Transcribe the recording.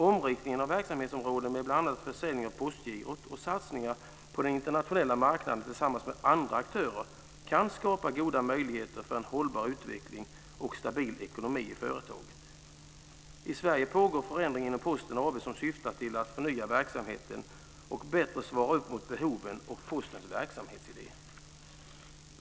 Omriktningen av verksamhetsområden med bl.a. försäljning av Postgirot och satsningar på den internationella marknaden tillsammans med andra aktörer kan skapa goda möjligheter för en hållbar utveckling och en stabil ekonomi i företaget. I Sverige pågår en förändring inom Posten AB som syftar till att förnya verksamheten så att den bättre svarar upp mot behoven och Postens verksamhetsidé.